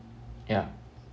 yeah